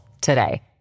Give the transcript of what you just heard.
today